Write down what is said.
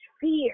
fear